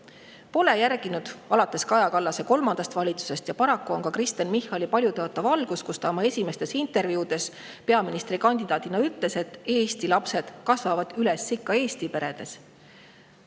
pole järginud alates Kaja Kallase kolmandast valitsusest. Ja paraku on Kristen Michali paljutõotav algus, kui ta oma esimestes intervjuudes peaministrikandidaadina ütles, et eesti lapsed kasvavad üles ikka eesti peredes,